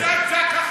חבר הכנסת עיסאווי,